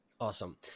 Awesome